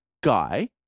guy